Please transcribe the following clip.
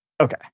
Okay